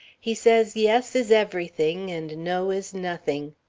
he says yes is everything and no is nothing.